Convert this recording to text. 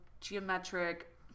geometric